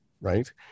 right